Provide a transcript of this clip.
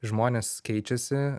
žmonės keičiasi